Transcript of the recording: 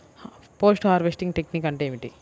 Post harvesting technique అంటే ఏమిటీ?